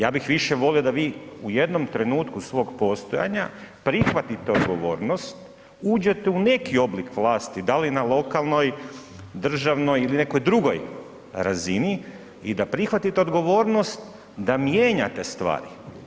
Ja bih više volio da vi u jednom trenutku svog postojanja prihvatite odgovornost, uđete u neki oblik vlasti, da li na lokalnoj, državnoj ili nekoj drugoj razini i da prihvatite odgovornost, da mijenjate stvari.